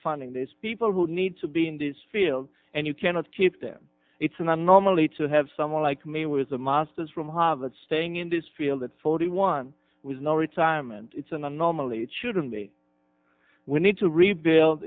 funding these people who need to be in this field and you cannot keep them it's an anomaly to have someone like me with a master's from harvard staying in this field at forty one with no retirement it's an anomaly it shouldn't be we need to rebuild